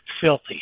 filthy